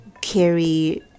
carry